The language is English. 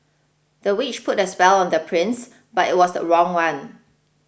the witch put a spell on the prince but it was the wrong one